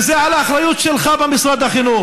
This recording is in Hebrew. וזה על האחריות שלך במשרד החינוך.